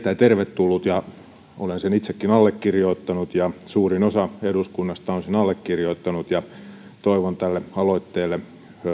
tervetullut ja olen sen itsekin allekirjoittanut ja suurin osa eduskunnasta on sen allekirjoittanut toivon tälle aloitteelle